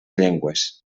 llengües